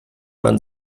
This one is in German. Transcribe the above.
man